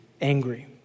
angry